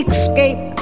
Escape